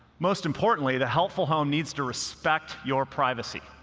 most importantly, the helpful home needs to respect your privacy.